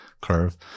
curve